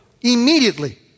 immediately